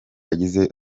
yagize